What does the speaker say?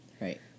Right